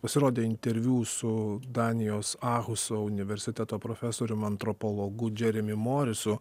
pasirodė interviu su danijos ahuso universiteto profesorium antropologu džeremi morisu